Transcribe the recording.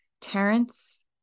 Terrence